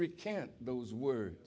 recant those words